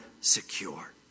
secure